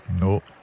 No